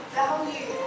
value